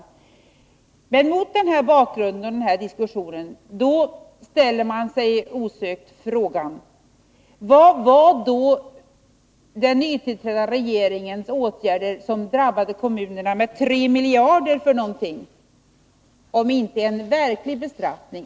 Mot denna bakgrund och mot bakgrund av denna diskussion ställer man sig osökt frågan: Vad var då den nytillträdda regeringens åtgärd, som drabbade kommunerna med 3 miljarder, för någonting om inte en verklig bestraffning?